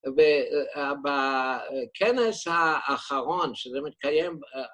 ובכנס האחרון שזה מתקיים